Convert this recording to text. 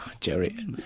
jerry